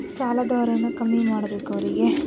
ಸಾಲದ ಹೊರೆಯನ್ನು ಕಮ್ಮಿ ಮಾಡ್ಬೇಕು ಅವರಿಗೆ